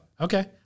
Okay